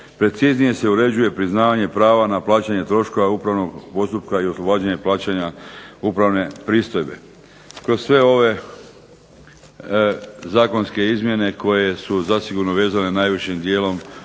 Preciznije se uređuje priznavanje prava na plaćanje troškova upravnog postupka i oslobađanje plaćanja upravne pristojbe. Kroz sve ove zakonske izmjene koje su zasigurno vezane najvišim dijelom